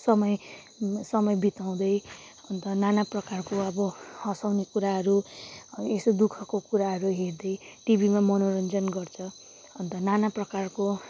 समय समय बिताउँदै अन्त नाना प्रकारको अब हसाउने कुराहरू यसो दु खको कुराहरू हेर्दै टिभीमा मनोरञ्जन गर्छ अन्त नाना प्रकारको